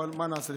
אבל מה נעשה,